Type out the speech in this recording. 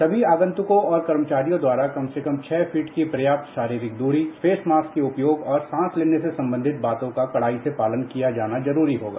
समी आगंतुकों और कर्मचारियों द्वारा कम से कम छह फीट की प्राप्त शारीरिक दूरी फेस मास्क के उपयोग और सांस लेने से संबंधित बातों का कडाई से पालन किया जाना जरूरी होगा